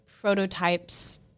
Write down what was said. prototypes